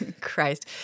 Christ